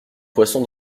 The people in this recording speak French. poisson